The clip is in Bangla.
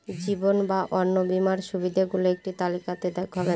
জীবন বা অন্ন বীমার সুবিধে গুলো একটি তালিকা তে দেখাবেন?